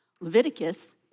Leviticus